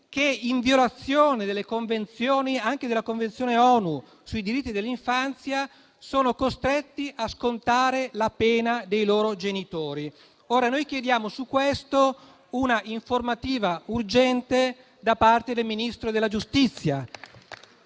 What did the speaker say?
che, in violazione delle Convenzioni, anche della Convenzione ONU sui diritti dell'infanzia, sono costretti a scontare la pena dei loro genitori. Chiediamo che su questo sia resa una informativa urgente da parte del Ministro della giustizia